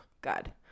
God